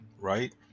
Right